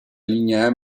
linea